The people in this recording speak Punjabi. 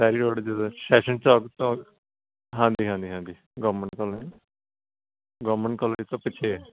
ਸਤਾਰੀ ਰੋਡ ਜਦੋਂ ਸ਼ੈਸ਼ਨ ਚੌਂਕ ਤੋਂ ਹਾਂਜੀ ਹਾਂਜੀ ਹਾਂਜੀ ਗਵਰਨਮੈਂਟ ਕਾਲਜ ਗਵਰਨਮੈਂਟ ਕਾਲਜ ਤੋਂ ਪਿੱਛੇ ਹੈ